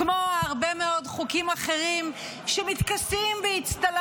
כמו הרבה מאוד חוקים אחרים שמתכסים באצטלה